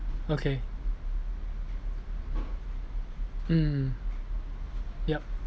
okay mm yup